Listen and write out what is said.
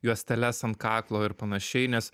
juosteles ant kaklo ir panašiai nes